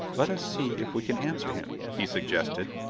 let us see if we can answer him, he suggested,